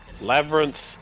Labyrinth